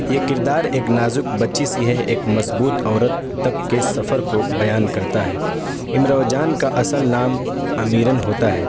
یہ کردار ایک نازک بچی سی ہے ایک مضبوط عورت تک کے سفر کو بیان کرتا ہے امراؤ جان کا اصل نام امیرن ہوتا ہے